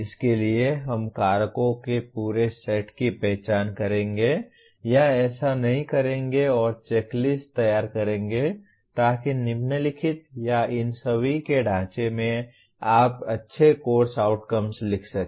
इसके लिए हम कारकों के पूरे सेट की पहचान करेंगे या ऐसा नहीं करेंगे और चेक लिस्ट तैयार करेंगे ताकि निम्नलिखित या इन सभी के ढांचे में आप अच्छे कोर्स आउटकम्स लिख सकें